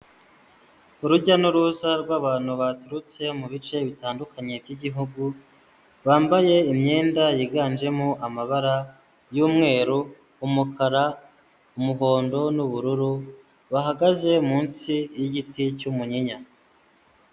Urujya n'uruza rw'abantu baturutse mu bice bitandukanye by'igihugu, bambaye imyenda yiganjemo amabara y'umweru, umukara, umuhondo n'ubururu, bahagaze munsi y'igiti cy'umuyinya.